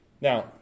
Now